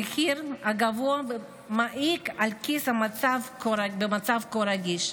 המחיר הגבוה מעיק על הכיס במצב כה רגיש.